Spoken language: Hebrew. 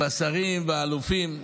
עם השרים והאלופים,